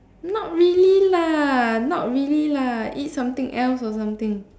not really lah not really lah eat something else or something